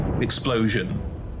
explosion